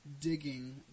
digging